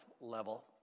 level